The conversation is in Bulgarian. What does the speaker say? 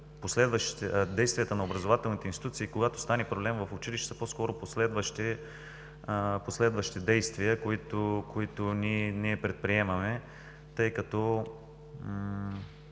действията на образователните институции, когато стане проблем в училището, са по-скоро последващи действия, които ние не предприемаме, тъй като